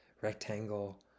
Rectangle